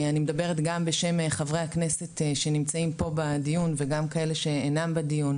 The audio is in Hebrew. אני מדברת גם בשם חברי הכנסת שנמצאים פה בדיון וגם כאלה שאינם בדיון,